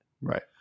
Right